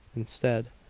instead.